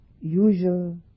usual